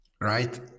right